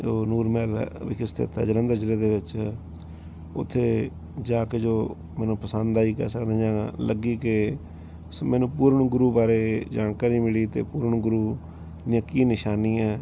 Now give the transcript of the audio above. ਉਹ ਨੂਰ ਮਹਿਲ ਹੈ ਵਿਖੇ ਸਥਿਤ ਹੈ ਜਲੰਧਰ ਜ਼ਿਲ੍ਹੇ ਦੇ ਵਿੱਚ ਉੱਥੇ ਜਾ ਕੇ ਜੋ ਮੈਨੂੰ ਪਸੰਦ ਆਈ ਕਹਿ ਸਕਦੇ ਜਾਂ ਲੱਗੀ ਕਿ ਸ ਮੈਨੂੰ ਪੂਰਨ ਗੁਰੂ ਬਾਰੇ ਜਾਣਕਾਰੀ ਮਿਲੀ ਅਤੇ ਪੂਰਨ ਗੁਰੂ ਨੇ ਕੀ ਨਿਸ਼ਾਨੀ ਹੈ